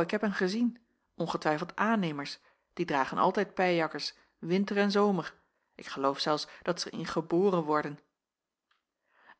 ik heb hen gezien ongetwijfeld aannemers die dragen altijd pijjakkers winter en zomer ik geloof zelfs dat zij er in geboren worden